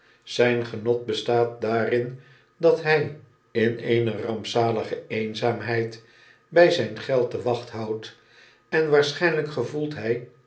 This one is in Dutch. zijn genot bestaat daarin dat hfl in eene rampzalige eenzaamheid by zp geld de wacht houdt en waarschijnljjk gevoelt hy